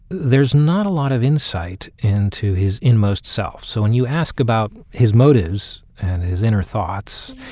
there's not a lot of insight into his inmost self. so when you ask about his motives and his inner thoughts,